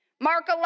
Mark